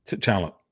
Talent